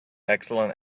excellent